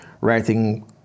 writing